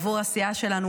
עבור הסיעה שלנו,